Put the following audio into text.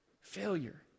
failure